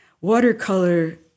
Watercolor